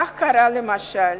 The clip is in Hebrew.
כך קרה, למשל,